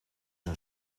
een